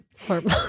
Horrible